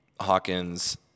Hawkins